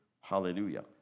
Hallelujah